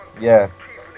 Yes